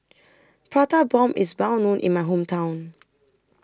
Prata Bomb IS Well known in My Hometown